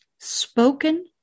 spoken